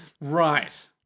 Right